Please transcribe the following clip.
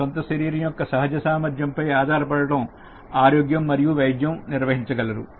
మీ సొంత శరీరం యొక్క సహజ సామర్థ్యం పై ఆధార పడటం ద్వారా ఆరోగ్యం మరియు వైద్యం నిర్వహించగలరు